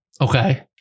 Okay